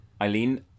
Eileen